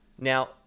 Now